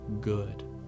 good